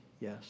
yes